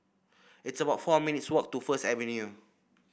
it's about four minutes' walk to First Avenue